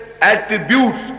attributes